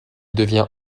devient